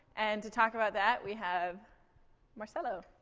and to talk about that we have marcelo.